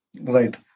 Right